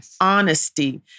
honesty